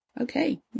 okay